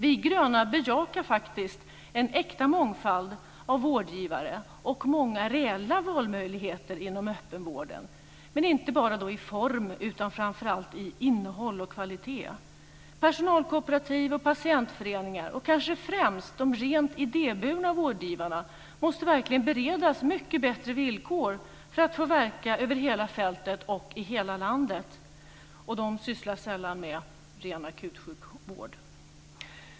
Vi gröna bejakar faktiskt en äkta mångfald av vårdgivare och många reella valmöjligheter inom öppenvården, men då inte bara i form utan framför allt i innehåll och kvalitet. Personalkooperativ och patientföreningar och kanske främst de rent idéburna vårdgivarna måste verkligen beredas mycket bättre villkor för att få verka över hela fältet och i hela landet. Och de sysslar sällan med ren akutsjukvård.